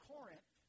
Corinth